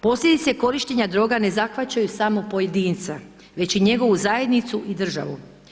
Posljedice korištenja droga na zahvaćaju smo pojedinca, već i njegovu zajednicu i državu.